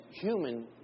human